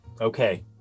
Okay